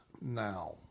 now